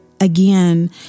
again